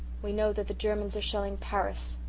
we know that the germans are shelling paris,